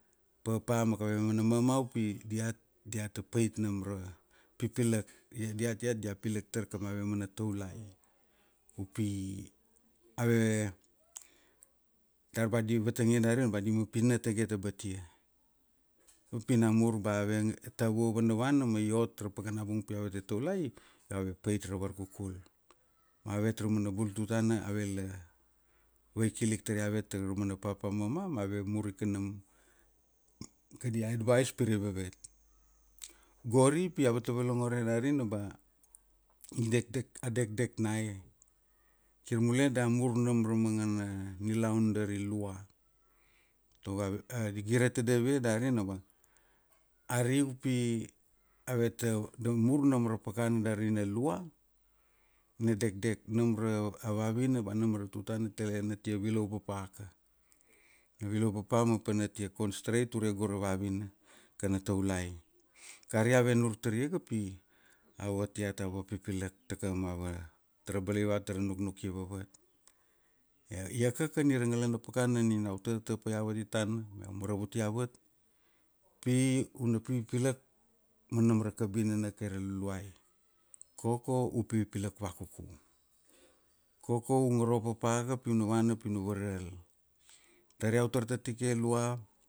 Papa ma kaveve mana mama upi diat diata pait nam ra pipilak pi diat iat dia pilak tar kamave mana taulai upi ave dar ba di vatangia dari ba pi na tagete batia upi namur ba tavua vanavana ma ot ra pakana bung pi aveta taulai io ave pait ra varkukul. Avet raumana bul tutana avela vaikilik taria avet taraumana papa mama ma ave mur ika nam kadia advise pirai vevet. Gori pi aveta volongore dari na ba i dekdek a dekdek na e. Kir mule da mur nam ra mangana nilaun dari lua, tago di gire davia dari na ba ari upi aveta da mur nam ra pakana dari na lua na dekdek nam ra vavina ba nam ra tutana tale na tia vilau papa ma pana tia concerntrate tago ra vavina kana taulai. Kari ave nur tariaga pi avet iat ave pipilak ta kamava tara balai vavet tara nuknuki vevet, iakaka nina ra ngalana pakana nina iau tata paia aveti tana iau maravutiavet pi una pipilak manam ra kabinana kai ra luluai, koko u pipilak va kuku, koko u ngoro papa ga pi una vana pi una varal, dar, dar iau tar tatike lua.